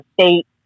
state